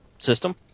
system